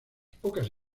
pocas